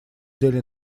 деле